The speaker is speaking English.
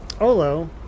Olo